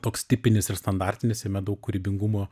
toks tipinis ir standartinis jame daug kūrybingumo